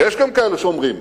יש גם כאלה שאומרים,